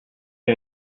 the